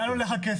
לאן הולך הכסף.